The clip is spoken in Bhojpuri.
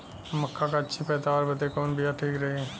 मक्का क अच्छी पैदावार बदे कवन बिया ठीक रही?